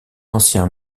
ancien